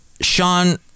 Sean